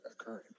occurring